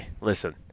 listen